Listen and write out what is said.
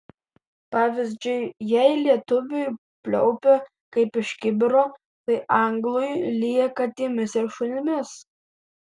pavyzdžiui jei lietuviui pliaupia kaip iš kibiro tai anglui lyja katėmis ir šunimis